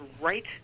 right